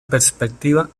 perspectiva